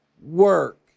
work